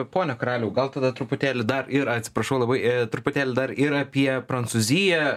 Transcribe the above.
pone karaliau gal tada truputėlį dar ir atsiprašau labai truputėlį dar ir apie prancūziją